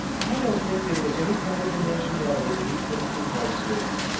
i don't think there was any kind of a nationality that he couldn't converse with.